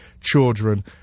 children